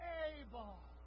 able